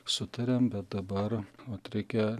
sutariam bet dabar vat reikia